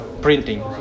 printing